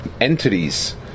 entities